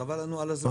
חבל לנו על הזמן.